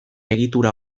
egitura